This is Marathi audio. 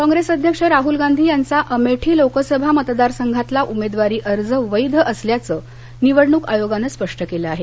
राहल अर्ज राहल गांधी यांचा अमेठी लोकसभा मतदारसंघातला उमेदवारी अर्ज वैध असल्याचं निवडणुक आयोगानं स्पष्ट केलं आहे